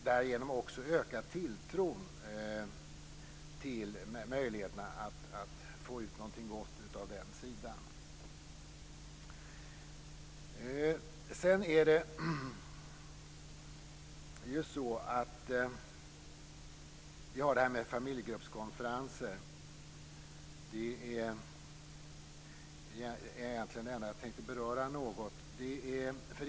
Därigenom ökar också tilltron till möjligheterna att få ut någonting gott av den sidan. Detta med familjegruppskonferenser är egentligen det enda som jag något tänkte beröra.